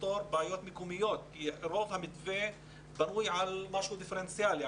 לפתור בעיות מקומיות כי רוב המתווה בנוי על משהו דיפרנציאלי,